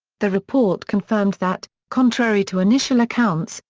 the report confirmed that, contrary to initial accounts,